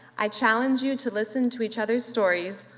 i challenge you to listen to each other's stories,